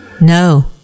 No